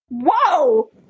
Whoa